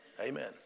Amen